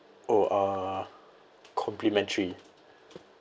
oh uh complimentary